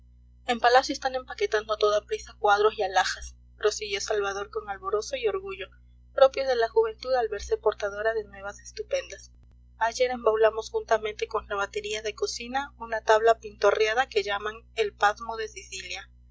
en palacio están empaquetando a toda prisa cuadros y alhajas prosiguió salvador con alborozo y orgullo propios de la juventud al verse portadora de nuevas estupendas ayer embaulamos juntamente con la batería de cocina una tabla pintorreada que llaman el pasmo de sicilia